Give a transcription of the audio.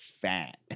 fat